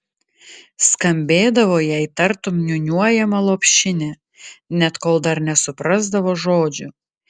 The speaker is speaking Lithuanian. skambėdavo jai tartum niūniuojama lopšinė net kol dar nesuprasdavo žodžių